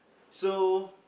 so